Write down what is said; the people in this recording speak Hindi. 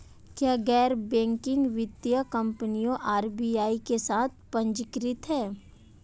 क्या गैर बैंकिंग वित्तीय कंपनियां आर.बी.आई के साथ पंजीकृत हैं?